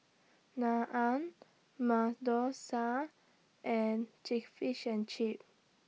Naan Masoor Dal and Fish and Chips